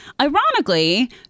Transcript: Ironically